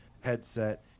headset